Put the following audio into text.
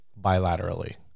Bilaterally